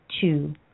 two